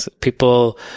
People